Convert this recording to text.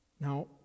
Now